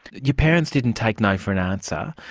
your parents didn't take no for an answer,